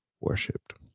Worshipped